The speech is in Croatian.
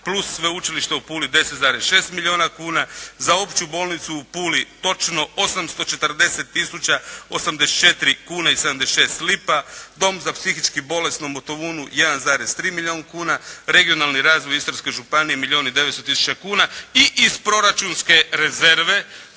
plus Sveučilište u Puli 10,6 milijuna kuna, za Opću bolnicu u Puli točno 840 tisuća 84 kune i 76 lipa, Dom za psihički bolesne u Motovunu 1,3 milijun kuna, regionalni razvoj Istarske županije milijun i 900 tisuća kuna i iz proračunske rezerve